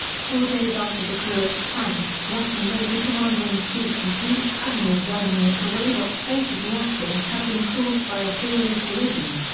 four days after the kursk sank, russian navy commander-in-chief and fleet admiral vladimir kuroyedov stated the accident had been caused by a serious collision.